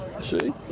see